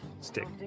stick